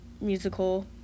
musical